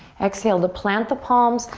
exhale to plant the palms,